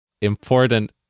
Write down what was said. important